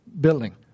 building